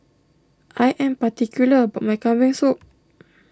I am particular about my Kambing Soup